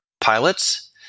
pilots